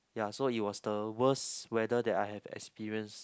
ya so it was the worst weather that I have experience